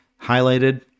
highlighted